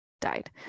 died